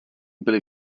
byly